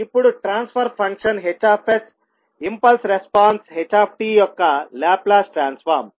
ఇప్పుడు transfer function H impulse response h యొక్క Laplace transform